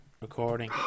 recording